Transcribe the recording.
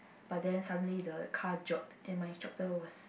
but then suddenly the car jerked and my instructor was